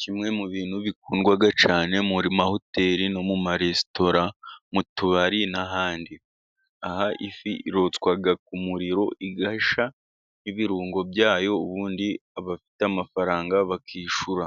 kimwe mu bintu bikundwaga cyane, mu mahoteli no mu maresitora, mu tubari n'ahandi, aha ifi irotswa ku muriro igasha, ibirungo byayo, ubundi abafite amafaranga bakishura.